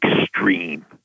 extreme